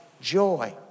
joy